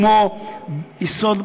כמו יסוד,